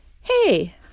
hey